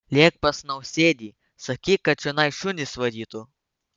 lėk pas nausėdį sakyk kad čionai šunis varytų